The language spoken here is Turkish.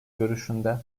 görüşünde